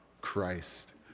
Christ